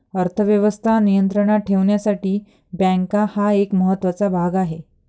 अर्थ व्यवस्था नियंत्रणात ठेवण्यासाठी बँका हा एक महत्त्वाचा भाग आहे